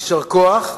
יישר כוח.